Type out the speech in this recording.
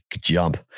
jump